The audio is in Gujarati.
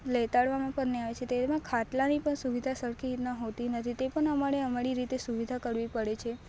લેટાડવામાં પણ નહીં આવે છે તેમાં ખાટલાની સુવિધા સરખી ન હોતી નથી તે પણ અમારે અમારી રીતે સુવિધા કરવી પડે છે